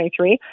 2023